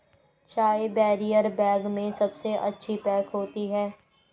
चाय barrier bag में सबसे अच्छी पैक होती है